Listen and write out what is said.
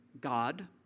God